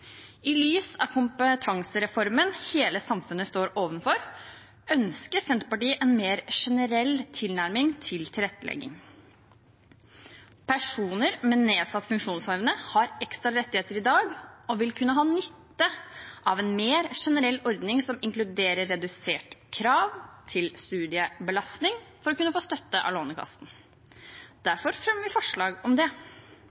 I lys av kompetansereformen hele samfunnet står overfor, ønsker Senterpartiet en mer generell tilnærming til tilrettelegging. Personer med nedsatt funksjonsevne har ekstra rettigheter i dag og vil kunne ha nytte av en mer generell ordning som inkluderer redusert krav til studiebelastning for å kunne få støtte fra Lånekassen. Derfor fremmer vi forslag om det.